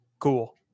Cool